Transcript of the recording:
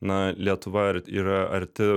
na lietuva yra arti